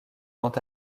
quant